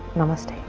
namaste.